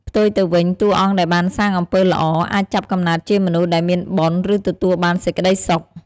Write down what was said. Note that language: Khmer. ផ្ទុយទៅវិញ តួអង្គដែលបានសាងអំពើល្អ អាចចាប់កំណើតជាមនុស្សដែលមានបុណ្យ ឬទទួលបានសេចក្ដីសុខ។